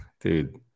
dude